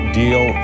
deal